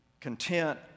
content